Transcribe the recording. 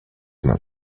not